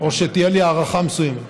או שתהיה לי הארכה מסוימת?